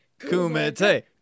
Kumite